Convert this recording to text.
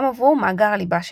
גם עבור מאגר הליבה שלה.